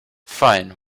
fine